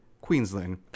Queensland